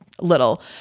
little